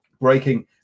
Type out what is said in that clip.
breaking